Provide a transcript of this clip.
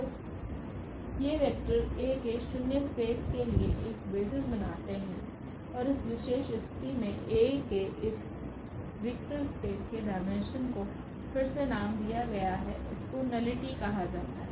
तो ये vector A के शून्य स्पेस के लिए एक बेसिस बनाते हैं और इस विशेष स्थिति में A के इस रिक्त स्पेस के डायमेंशन को फिर से एक नाम दिया गया है इसको नलिटी कहा जाता है